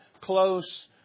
close